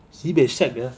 sibeh shag sia